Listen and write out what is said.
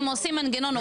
הם עושים מנגנון עוקב.